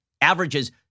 Averages